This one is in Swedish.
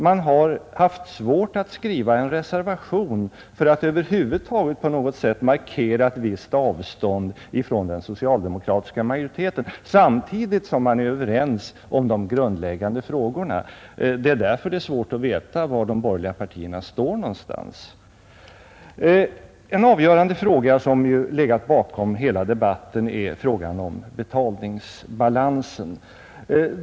Man har på den borgerliga sidan haft svårt att skriva en reservation för att över huvud taget på något sätt markera ett visst avstånd från den socialdemokratiska majoriteten, samtidigt som man är överens om de grundläggande frågorna. Det är därför det är svårt att veta var de borgerliga partierna står. En avgörande fråga, som ju legat bakom hela debatten, är frågan om betalningsbalansen.